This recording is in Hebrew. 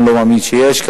אני לא מאמין שיש,